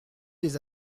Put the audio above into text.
des